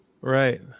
right